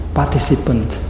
participant